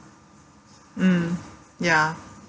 mm ya